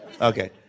Okay